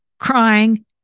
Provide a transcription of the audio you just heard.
crying